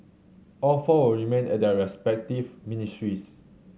all four will remain at their respective ministries